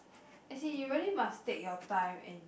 as in you really must take your time and